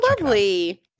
lovely